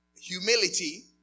Humility